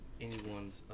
anyone's